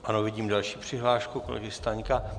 Ano, vidím další přihlášku kolegy Staňka.